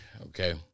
okay